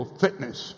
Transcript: fitness